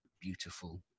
beautiful